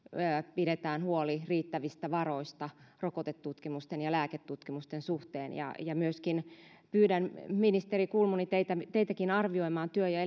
pidetään huoli riittävistä varoista rokotetutkimusten ja lääketutkimusten suhteen ja ja myöskin pyydän ministeri kulmuni teitäkin arvioimaan työ ja